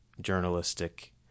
journalistic